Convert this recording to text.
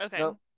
Okay